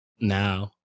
now